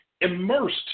immersed